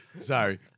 Sorry